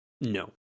No